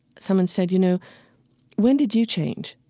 someone said you know when did you change?